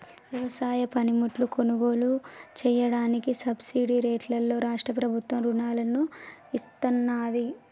వ్యవసాయ పనిముట్లు కొనుగోలు చెయ్యడానికి సబ్సిడీ రేట్లలో రాష్ట్ర ప్రభుత్వం రుణాలను ఇత్తన్నాది